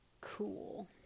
cool